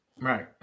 Right